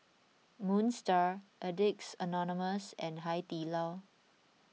Moon Star Addicts Anonymous and Hai Di Lao